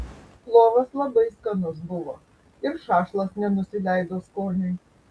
plovas labai skanus buvo ir šašlas nenusileido skoniui